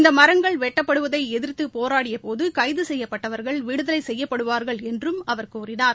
இந்த மரங்கள் வெட்டுவதை எதிர்த்து போராடிய போது கைது செய்யப்பட்டவர்கள் விடுதலை செய்யப்படுவார்கள் என்றும் அவர் கூறினார்